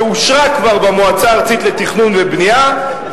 שאושרה כבר במועצה הארצית לתכנון ובנייה,